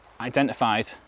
identified